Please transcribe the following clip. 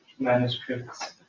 manuscripts